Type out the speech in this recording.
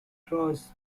draws